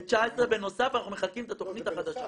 ב-19' בנוסף אנחנו מחלקים את התכנית החדשה.